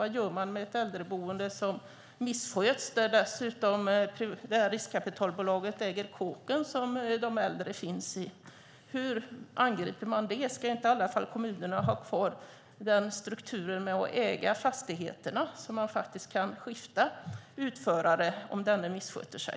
Vad gör man med ett äldreboende som missköts och där dessutom det här riskkapitalbolaget äger kåken som de äldre finns i? Hur angriper man det? Ska inte kommunerna i alla fall ha kvar den strukturen att man äger fastigheterna så att man kan skifta utförare om denne missköter sig?